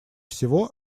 всего